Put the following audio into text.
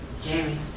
Jamie